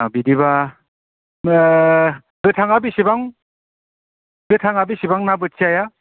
बिदिबा गोथांआ बेसेबां गोथांआ बेसेबां ना बोथियाया